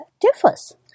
differs